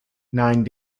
nine